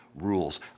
rules